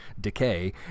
decay